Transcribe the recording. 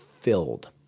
filled